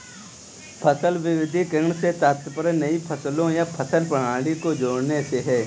फसल विविधीकरण से तात्पर्य नई फसलों या फसल प्रणाली को जोड़ने से है